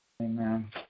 Amen